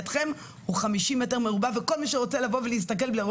לידיעתכם-הוא 50 מטר מרובע וכל מי שרוצה מוזמן לבוא ולראות